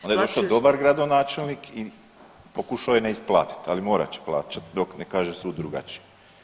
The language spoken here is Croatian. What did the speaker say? Onda je došao dobar gradonačelnik i pokušao je ne isplatiti, ali morat će plaćati dok ne kaže sud drugačije.